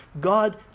God